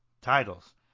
titles